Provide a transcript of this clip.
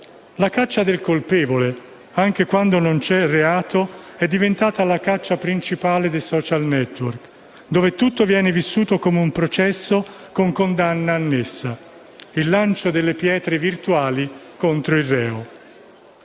La caccia del colpevole anche quando non c'è reato è diventata la caccia principale dei *social network*, dove tutto viene vissuto come un processo con condanna annessa: il lancio delle pietre virtuali contro il reo.